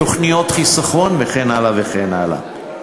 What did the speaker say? תוכניות חיסכון וכן הלאה וכן הלאה.